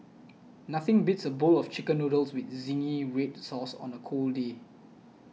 nothing beats a bowl of Chicken Noodles with Zingy Red Sauce on a cold day